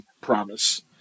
promise